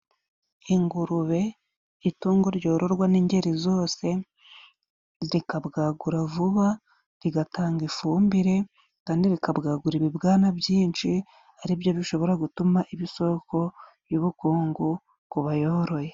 Ingurube itungo ryororwa n'ingeri zose zikabwagura vuba bigatanga ifumbire, kandi rikabwagura ibibwana byinshi aribyo bishobora gutuma iba isoko y'ubukungu ku bayoroye.